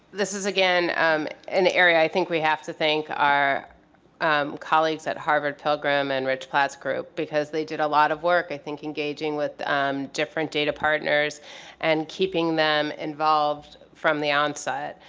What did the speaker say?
this is again um and i think we have to thank our colleagues at harvard-pilgrim and rich platt's group because they did a lot of work i think engaging with different data partners and keeping them involved from the onset.